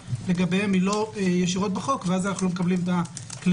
לגביהם אינה ישירות בחוק ואז אנו לא מקבלים את זה.